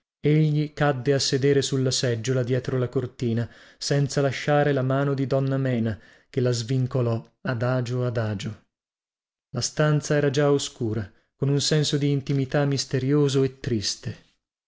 egli cadde a sedere sulla seggiola dietro la cortina senza lasciare la mano di donna mena che la svincolò adagio adagio la stanza era già oscura con un senso di intimità misterioso e triste